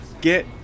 get